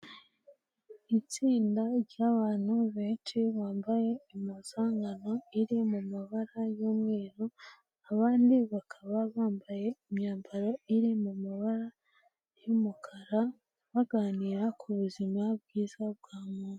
Itsinda ry'abantu benshi bambaye impuzankano iri mu mabara y'umweru, abandi bakaba bambaye imyambaro iri mu mabara y'umukara, baganira ku buzima bwiza bwa muntu.